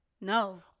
No